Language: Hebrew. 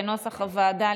כנוסח הוועדה,